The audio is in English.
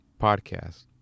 podcast